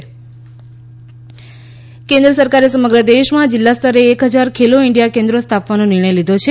ખેલો India Khelo કેન્દ્ર સરકારે સમગ્ર દેશમાં જિલ્લા સ્તરે એક હજાર ખેલો ઈન્ડિયા કેન્દ્રો સ્થાપવાનો નિર્ણય લીધો છે